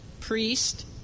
priest